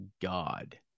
god